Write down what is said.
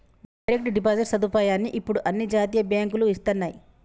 direct deposit సదుపాయాన్ని ఇప్పుడు అన్ని జాతీయ బ్యేంకులూ ఇస్తన్నయ్యి